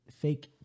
fake